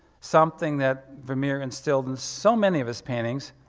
something that vermeer instilled in so many of his paintings,